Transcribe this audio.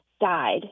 died